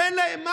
שאין להם מים?